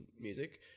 music